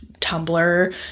Tumblr